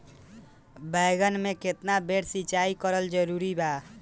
बैगन में केतना बेर सिचाई करल जरूरी बा?